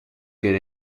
good